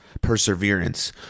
perseverance